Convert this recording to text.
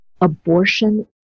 Abortion